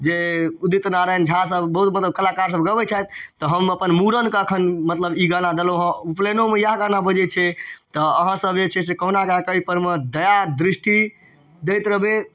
जे उदित नारायण झासब बहुत बहुत कलाकारसब गबै छथि तऽ हम अपन मूड़नके एखन मतलब ई गाना देलहुँ हँ उपनैनोमे इएह गाना बजै छै तऽ अहाँसब जे छै कहुना कऽ कऽ एहिपरमे दया दृष्टि दैत रहबै